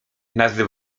nazy